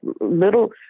little